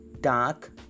dark